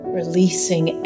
releasing